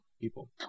people